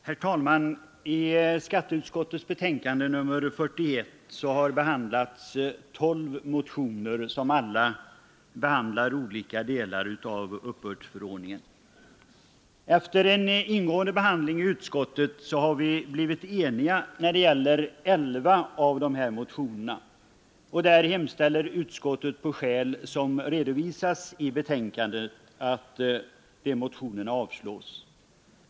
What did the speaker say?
Herr talman! I skatteutskottets betänkande nr 41 behandlas tolv motioner som alla berör olika delar av uppbördsförordningen. Efter en ingående behandling i utskottet har vi blivit eniga i fråga om elva av dessa motioner. Där hemställer utskottet av skäl som redovisas i betänkandet att de avslås.